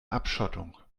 abschottung